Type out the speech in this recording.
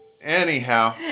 anyhow